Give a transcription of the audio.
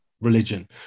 religion